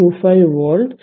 25 volt